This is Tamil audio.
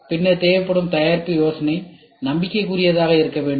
பின்னர் தேவைப்படும் தயாரிப்பு யோசனை நம்பிக்கைக்குரியதாக இருக்க வேண்டும்